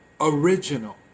original